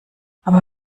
aber